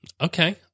Okay